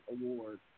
award